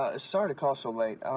ah sorry to call so late.